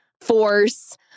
force